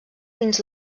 dins